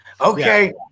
okay